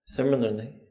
Similarly